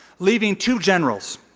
leaving two generals,